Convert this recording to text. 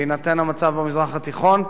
בהינתן המצב במזרח התיכון,